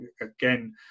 again